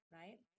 right